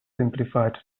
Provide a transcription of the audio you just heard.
simplified